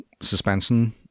suspension